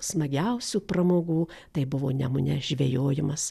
smagiausių pramogų tai buvo nemune žvejojimas